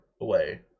away